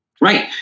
Right